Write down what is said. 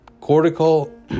cortical